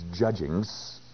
judgings